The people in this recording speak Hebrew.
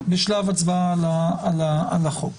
בשלב הצבעה על החוק.